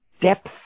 depth